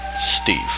Steve